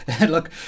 look